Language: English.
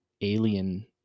alien